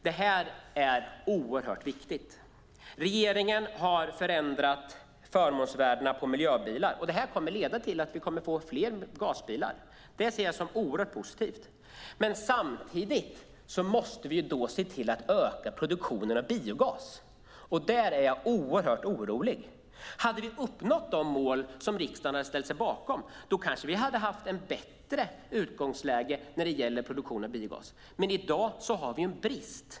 Det här är oerhört viktigt. Regeringen har förändrat förmånsvärdena på miljöbilar. Det här kommer att leda till att vi kommer att få fler gasbilar. Det ser jag som oerhört positivt. Samtidigt måste vi se till att öka produktionen av biogas. Där är jag oerhört orolig. Om vi hade uppnått de mål som riksdagen hade ställt sig bakom hade vi kanske haft ett bättre utgångsläge när det gäller produktionen av biogas, men i dag har vi en brist.